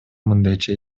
мындайча